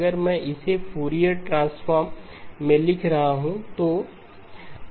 अगर मैं इसेre फूरियर ट्रांसफॉर्म में लिख रहा था तो xE X ejωL